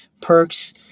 perks